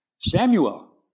Samuel